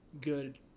good